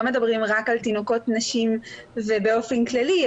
מדברים רק על תינוקות נשים ובאופן כללי,